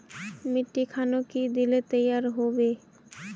मिट्टी खानोक की दिले तैयार होबे छै?